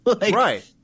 Right